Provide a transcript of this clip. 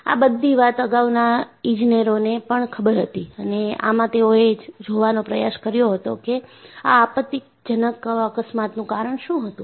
આ બધી વાત અગાઉના ઇજનેરોને પણ ખબર હતી અને આમાં તેઓએ એ જોવાનો પ્રયાસ કર્યો હતો કે આ આપત્તિજનક અકસ્માતોનું કારણ શું હતું